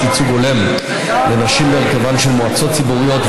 ייצוג הולם לנשים בהרכבן של מועצות ציבוריות,